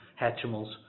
Hatchimals